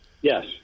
Yes